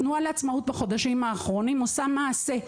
התנועה לעצמאות בחודשים האחרונים עושה מעשה,